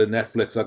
Netflix